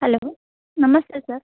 hello ನಮಸ್ತೆ sir